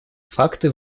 факты